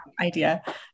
idea